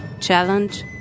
challenge